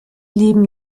leben